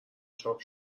چاپ